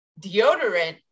deodorant